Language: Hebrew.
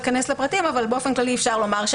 באופן כללי אפשר לומר,